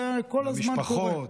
המשפחות.